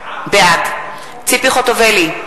בעד ציפי חוטובלי,